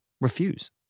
Refuse